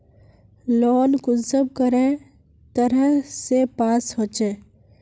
Loan कुंसम करे तरह से पास होचए?